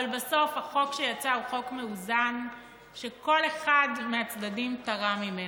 אבל בסוף החוק שיצא הוא חוק מאוזן שכל אחד מהצדדים תרם לו.